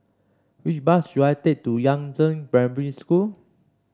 which bus should I take to Yangzheng Primary School